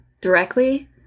directly